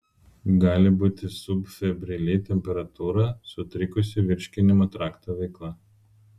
gali būti subfebrili temperatūra sutrikusi virškinimo trakto veikla